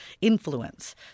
influence